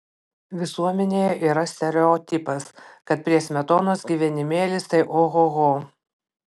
visuomenėje yra stereotipas kad prie smetonos gyvenimėlis tai ohoho